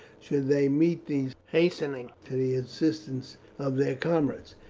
should they meet these hastening to the assistance of their comrades.